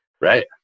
Right